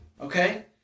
okay